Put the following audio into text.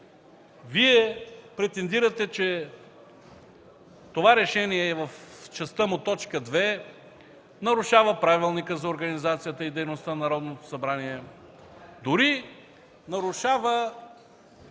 Вие претендирате, че това решение в частта му т. 2 нарушава Правилника за организацията и дейността на Народното събрание,